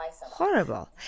horrible